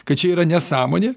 kad čia yra nesąmonė